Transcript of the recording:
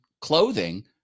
clothing